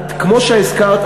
כמו שהזכרת,